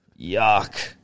yuck